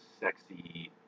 sexy